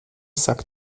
sagt